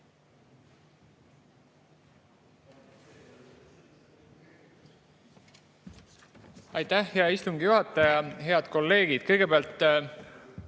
Aitäh, hea istungi juhataja! Head kolleegid! Kõigepealt